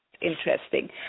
interesting